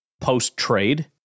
post-trade